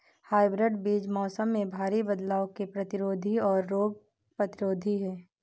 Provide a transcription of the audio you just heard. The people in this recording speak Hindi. हाइब्रिड बीज मौसम में भारी बदलाव के प्रतिरोधी और रोग प्रतिरोधी हैं